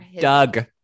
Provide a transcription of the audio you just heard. Doug